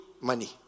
money